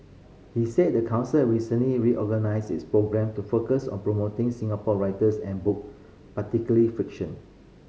he said the council recently reorganised its programme to focus on promoting Singapore writers and book particularly fiction